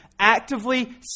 actively